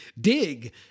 dig